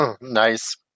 Nice